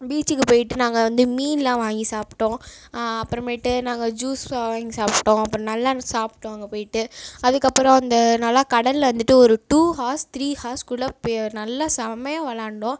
பீச்சுக்குப் போயிட்டு நாங்கள் வந்து மீன்லாம் வாங்கி சாப்பிட்டோம் அப்புறமேட்டு நாங்கள் ஜூஸ்லாம் வாங்கி சாப்பிட்டோம் அப்புறம் நல்லா சாப்பிட்டோம் அங்கே போயிட்டு அதுக்கப்புறம் அந்த நல்லா கடலில் வந்துட்டு ஒரு டூ ஹார்ஸ் த்ரீ ஹார்ஸ்க்குள்ள பெ நல்லா செம்மையாக விளையாண்டோம்